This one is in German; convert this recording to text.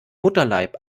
mutterleib